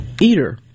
eater